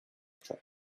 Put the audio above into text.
trip